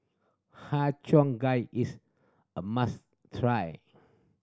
Har Cheong Gai is a must try